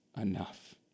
enough